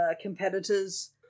competitors